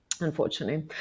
unfortunately